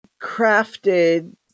Crafted